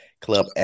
club